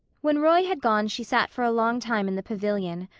when roy had gone she sat for a long time in the pavilion,